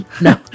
No